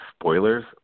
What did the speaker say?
spoilers